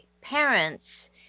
parents